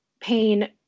pain